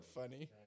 funny